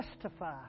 testify